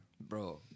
Bro